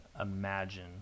imagine